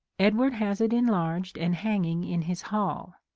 edward has it enlarged and hanging in his hall.